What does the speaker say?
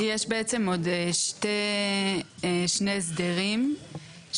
אז אני מציעה שיש בעצם עוד שני הסדרים שמרחיבים